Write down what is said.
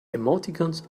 emoticons